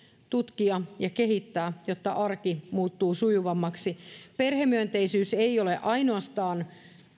tutkia ja kehittää jotta arki muuttuu sujuvammaksi perhemyönteisyys ei ole ainoastaan